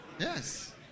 Yes